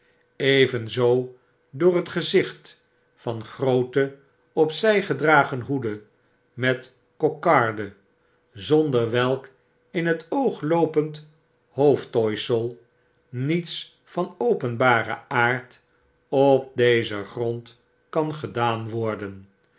evenzoo door het gezicht van groote op zij gedragen hoeden met kokarde zonder welk in t oogloopend hoofdtooisel niets van openbaren aard op dezen grond kan gedaan worden